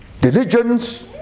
Diligence